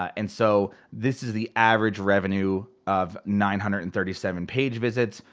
and so, this is the average revenue of nine hundred and thirty seven page visits,